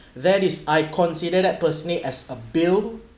that is I consider that personally as a bill